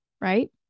right